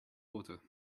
water